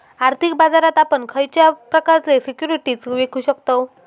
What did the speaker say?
आर्थिक बाजारात आपण खयच्या प्रकारचे सिक्युरिटीज विकु शकतव?